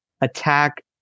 attack